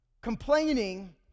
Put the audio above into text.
complaining